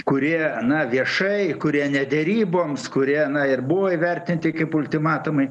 kurie na viešai kurie ne deryboms kurie na ir buvo įvertinti kaip ultimatumai